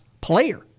player